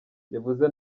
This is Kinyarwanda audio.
yavuze